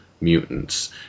mutants